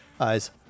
Eyes